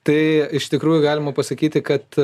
tai iš tikrųjų galima pasakyti kad